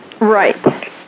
Right